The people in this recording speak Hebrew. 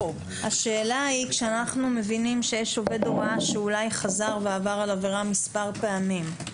כשאנו מבינים שיש עובד הוראה שחזר ועבר על עבירה מספר פעמים,